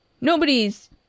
nobody's